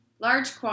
large